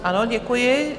Ano, děkuji.